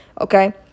okay